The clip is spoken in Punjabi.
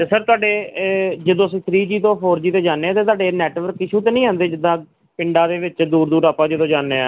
ਅਤੇ ਸਰ ਤੁਹਾਡੇ ਜਦੋਂ ਅਸੀਂ ਥਰੀ ਜੀ ਤੋਂ ਫੋਰ ਜੀ 'ਤੇ ਜਾਂਦੇ ਹਾਂ ਤਾਂ ਤੁਹਾਡੇ ਨੈਟਵਰਕ ਇਸ਼ੂ ਤਾਂ ਨਹੀਂ ਆਉਂਦੇ ਜਿੱਦਾਂ ਪਿੰਡਾਂ ਦੇ ਵਿੱਚ ਦੂਰ ਦੂਰ ਆਪਾਂ ਜਦੋਂ ਜਾਂਦੇ ਹਾਂ